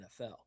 NFL